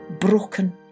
broken